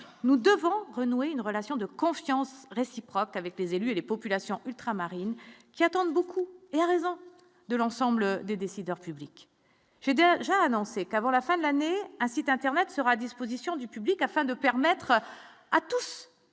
nous devons renouer une relation de confiance réciproque avec les élus et les populations ultramarines qui attendent beaucoup et en raison de l'ensemble des décideurs publics ai j'a annoncé qu'avant la fin de l'année, un site internet sera à disposition du public afin de permettre à tous